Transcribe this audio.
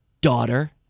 daughter